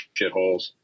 shitholes